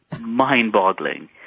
mind-boggling